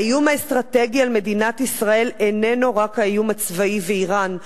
האיום האסטרטגי על מדינת ישראל איננו רק האיום הצבאי ואירן.